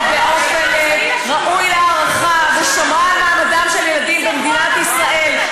באופן ראוי להערכה ושמרה על מעמדם של ילדים במדינת ישראל.